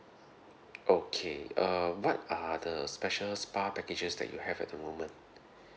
okay err what are the special spa packages that you have at the moment